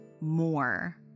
more